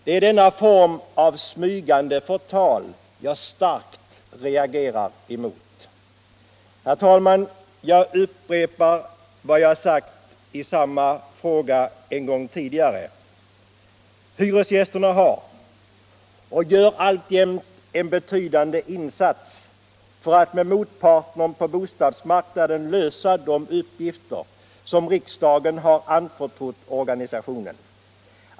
Det är denna form av smygande förtal som jag starkt reagerar mot. Herr talman! Jag upprepar vad jag sagt i samma fråga en gång tidigare: Hyresgäströrelsen har gjort och gör alltjämt en betydande insats för att tillsammans med motparten på bostadsmarknaden lösa de uppgifter som riksdagen har anförtrott organisationen.